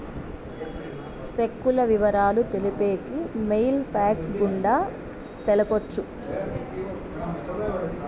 సెక్కుల ఇవరాలు తెలిపేకి మెయిల్ ఫ్యాక్స్ గుండా తెలపొచ్చు